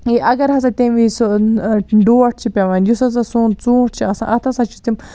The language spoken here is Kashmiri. یہِ اگر ہَسا تَمہِ وز سُہ ڈوٹھ چھُ پیٚوان یُس ہَسا سون ژوٗنٹھ چھُ آسان اتھ ہَسا چھُ تِم